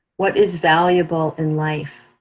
what is valuable in life?